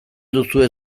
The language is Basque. duzue